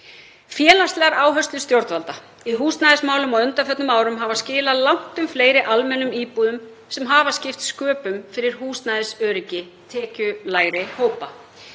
Félagslegar áherslur stjórnvalda í húsnæðismálum á undanförnum árum hafa skilað langtum fleiri almennum íbúðum sem hafa skipt sköpum fyrir húsnæðisöryggi tekjulægri hópa.